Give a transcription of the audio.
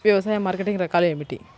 వ్యవసాయ మార్కెటింగ్ రకాలు ఏమిటి?